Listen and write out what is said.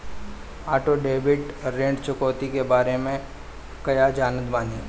Auto debit ऋण चुकौती के बारे में कया जानत बानी?